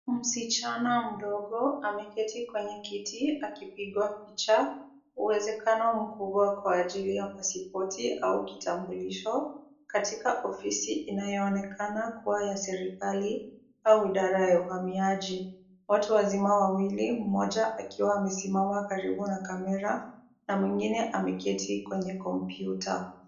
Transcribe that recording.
Msichana mdogo ameketi kwenye kiti akipigwa picha, uwezekano mkubwa kwa ajili ya pasipoti au kitambulisho, katika ofisi inayoonekana kuwa ya serikali, au idara ya uhamiaji. Watu wazima wawili, mmoja akiwa amesimama karibu na kamera na mwingine ameketi kwenye kompyuta.